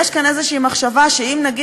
לקריאה שנייה